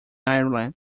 ireland